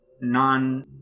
non